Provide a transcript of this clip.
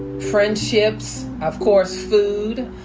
friendships, of course food.